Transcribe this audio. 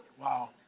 Wow